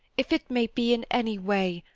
if it may be in any way,